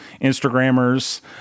Instagrammers